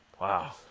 Wow